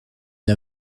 une